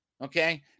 Okay